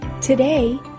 Today